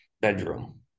bedroom